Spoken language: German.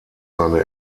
seine